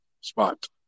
spot